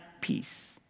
peace